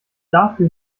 dafür